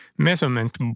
measurement